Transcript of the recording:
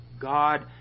God